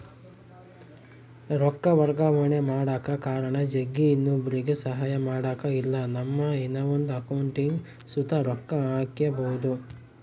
ರೊಕ್ಕ ವರ್ಗಾವಣೆ ಮಾಡಕ ಕಾರಣ ಜಗ್ಗಿ, ಇನ್ನೊಬ್ರುಗೆ ಸಹಾಯ ಮಾಡಕ ಇಲ್ಲಾ ನಮ್ಮ ಇನವಂದ್ ಅಕೌಂಟಿಗ್ ಸುತ ರೊಕ್ಕ ಹಾಕ್ಕ್ಯಬೋದು